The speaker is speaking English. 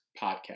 podcast